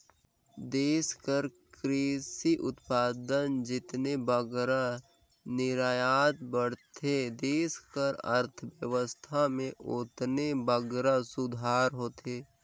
देस कर किरसी उत्पाद कर जेतने बगरा निरयात बढ़थे देस कर अर्थबेवस्था में ओतने बगरा सुधार होथे